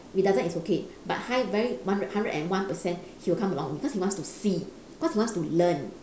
if he doesn't it's okay but high very hundred one hundred and one percent he will come along because he wants to see because he wants to learn